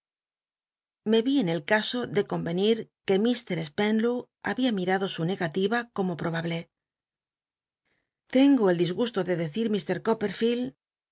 ví en el caso de convenir habin mirado su nega tiva como probable tengo el disgusto de decir